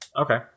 Okay